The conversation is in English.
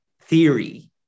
theory